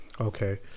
Okay